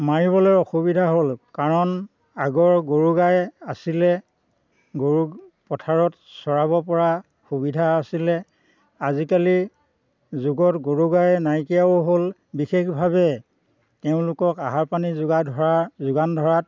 মাৰিবলৈ অসুবিধা হ'ল কাৰণ আগৰ গৰু গাই আছিলে গৰু পথাৰত চৰাব পৰা সুবিধা আছিলে আজিকালি যুগত গৰু গাই নাইকীয়াও হ'ল বিশেষভাৱে তেওঁলোকক আহাৰ পানী যোগাৰ ধৰাত যোগান ধৰাত